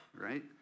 right